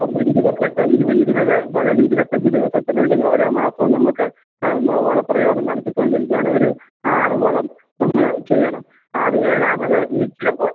ഒന്ന് ഇരുപത്തെട്ട് ഇരുപത് മുതൽ ഇരുപത്തഞ്ച് ദിവസത്തിനുള്ളിൽ ഓരോ മാസവും നമുക്ക് എന്തോ വളപ്രയോഗം നടത്തിക്കൊണ്ടിരിക്കുകയാണ് ഒരു ആറ് വളം നമ്മൾ ചെയ്യണം ആറ് ഏഴാമത് ഈ ചിലപ്പോൾ